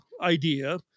idea